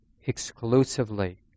exclusively